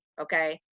Okay